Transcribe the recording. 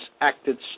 acted